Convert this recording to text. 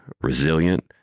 resilient